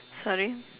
sorry